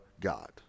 God